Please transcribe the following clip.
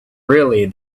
really